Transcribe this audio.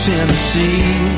Tennessee